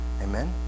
Amen